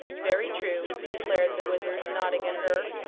very true, declared the wizard, nodding at her.